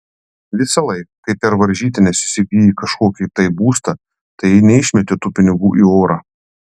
visąlaik kai per varžytines įsigyji kažkokį tai būstą tai neišmeti tų pinigų į orą